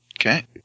Okay